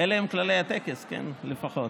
אלה הם כללי הטקס, לפחות.